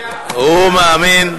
מאמין בקדוש-ברוך-הוא.